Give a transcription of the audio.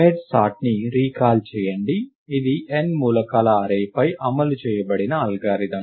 merge సర్ట్ని recall చేయండి ఇది n మూలకాల అర్రేపై అమలు చేయబడిన అల్గోరిథం